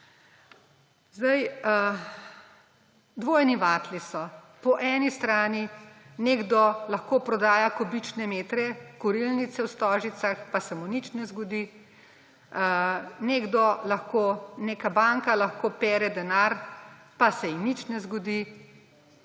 Dvojni vatli so. Po eni strani nekdo lahko prodaja kubične metre kurilnice v Stožicah, pa se mu nič ne zgodi, nekdo lahko, neka banka lahko pere denar, pa se ji nič ne zgodi,